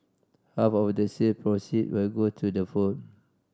half of the sale proceed will go to the home